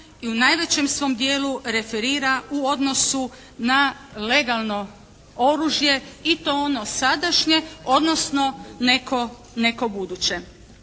i u najvećem svom dijelu referira u odnosu na legalno oružje i to ono sadašnje odnosno neko buduće.